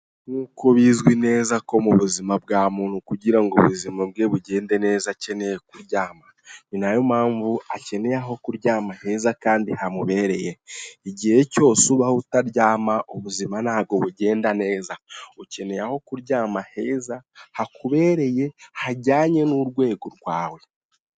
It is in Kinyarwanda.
Nkuko bizwi neza ko mu buzima bw'umuntu, kugira ubuzima bwe bugende neza akeneye kuryama, ni nayo mpamvu akeneye aho kuryama heza kandi hamubereye. Igihe cyose ubaho utaryama ,ubuzima ntabwo bugenda neza. Ukeneye aho kuryama heza hakubereye, hajyanye n'urwego rwawe.